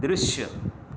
दृश्य